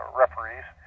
referees